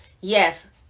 Yes